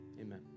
Amen